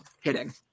hitting